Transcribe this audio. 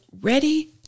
ready